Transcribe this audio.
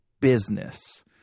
business